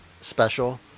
special